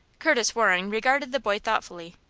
curtis waring regarded the boy thoughtfully.